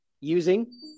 using